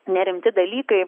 nerimti dalykai